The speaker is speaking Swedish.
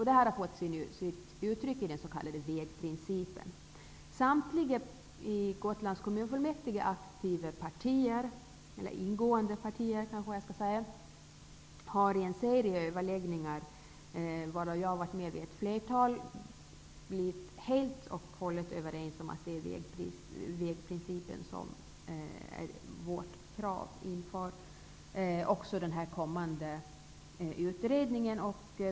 Detta har fått sitt uttryck i den s.k. Samtliga partier i Gotlands kommunfullmäktige har i en serie överläggningar, varav jag har varit med i ett flertal, blivit helt och hållet överens om att det är vägprincipen som är vårt krav inför den kommande utredningen.